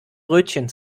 brötchen